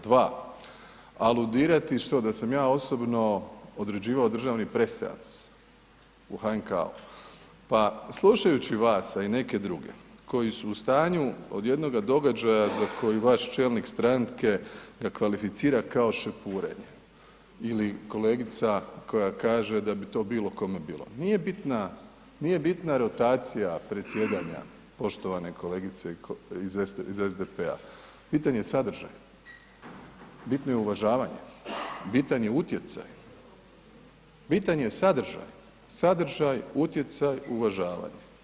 Dva, aludirati što da sam ja osobno određivao državni preseans u HNK-u, pa slušajući vas, a i neke druge koji su u stanju od jednoga događaja za koji vaš čelnik stranke ga kvalificira kao šepurenje ili kolegica koja kaže da bi to bilo kome bilo, nije bitna, nije bitna rotacija predsjedanja poštovane kolegice iz SDP-a, bitan je sadržaj, bitno je uvažavanje, bitan je utjecaj, bitan je sadržaj, sadržaj, utjecaj, uvažavanje.